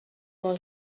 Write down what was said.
mor